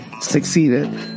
succeeded